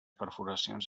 perforacions